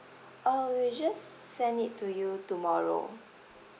uh we'll just send it to you tomorrow